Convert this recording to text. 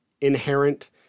inherent